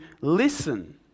listen